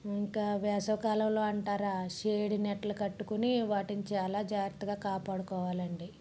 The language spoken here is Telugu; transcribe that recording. ఇంకా వేసవికాలంలో అంటారా షేడ్ నెట్టులు కట్టుకొని వాటిని చాలా జాగ్రత్తగా కాపాడుకోవాలి అండి